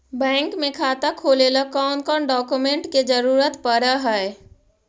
Bank में खाता खोले ल कौन कौन डाउकमेंट के जरूरत पड़ है?